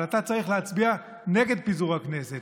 אבל אתה צריך להצביע נגד פיזור הכנסת,